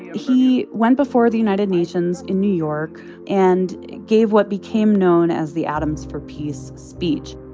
he went before the united nations in new york and gave what became known as the atoms for peace speech,